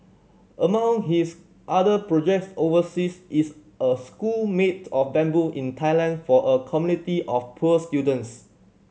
among his other projects overseas is a school made of bamboo in Thailand for a community of poor students